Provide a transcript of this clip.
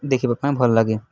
ଦେଖିବା ପାଇଁ ଭଲ ଲାଗେ